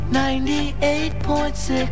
98.6